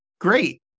Great